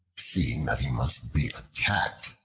seeing that he must be attacked,